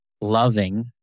loving